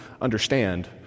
understand